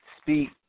speak